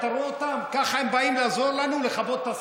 ככה הם באים לעזור לנו לכבות את השרפות.